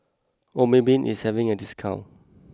Obimin is having a discount